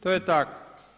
To je tako.